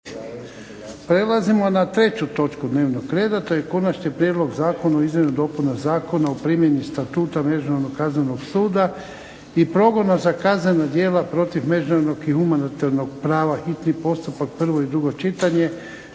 Prelazimo na 3. točku dnevnog reda - Konačni prijedlog zakona o izmjenama i dopunama Zakona o primjeni Statuta međunarodnog kaznenog suda i progona za kaznena djela protiv međunarodnog i humanitarnog prava, hitni postupak, prvo i drugo čitanje,